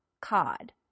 cod